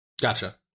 Gotcha